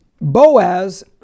Boaz